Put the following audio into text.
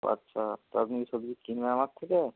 ও আচ্ছা তো আপনি কি সবজি কিনবেন আমার থেকে